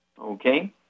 Okay